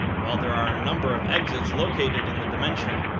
while there are a number of exits located in the dimension,